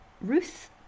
Ruth